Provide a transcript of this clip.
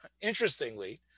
interestingly